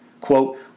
Quote